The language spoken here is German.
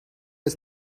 ist